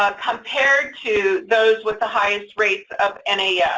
um compared to those with the highest rates of and ah yeah